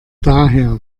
daher